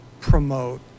promote